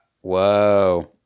Whoa